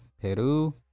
Peru